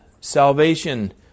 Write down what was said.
salvation